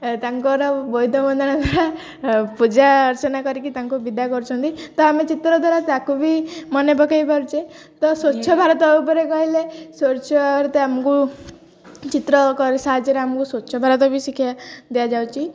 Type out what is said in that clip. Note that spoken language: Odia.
ତାଙ୍କର ବୋଇତ ବନ୍ଦାଣ ଦ୍ୱାରା ପୂଜା ଅର୍ଚ୍ଚନା କରିକି ତାଙ୍କୁ ବିଦା କରୁଛନ୍ତି ତ ଆମେ ଚିତ୍ର ଦ୍ୱାରା ତାକୁ ବି ମନେ ପକାଇ ପାରୁଚେ ତ ସ୍ୱଚ୍ଛ ଭାରତ ଉପରେ କହିଲେ ସ୍ୱଚ୍ଛ ଭାରତ ଆମକୁ ଚିତ୍ର କରି ସାହାଯ୍ୟରେ ଆମକୁ ସ୍ୱଚ୍ଛ ଭାରତ ବି ଶିକ୍ଷା ଦିଆଯାଉଛି